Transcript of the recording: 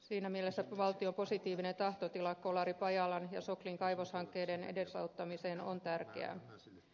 siinä mielessä valtion positiivinen tahtotila kolaripajalan ja soklin kaivoshankkeiden edesauttamiseen on tärkeää